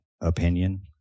opinion